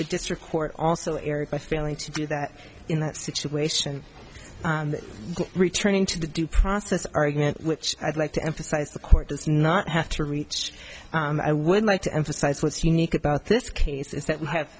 the district court also erred by failing to do that in that situation returning to the due process argument which i'd like to emphasize the court does not have to reach i would like to emphasize what's unique about this case is that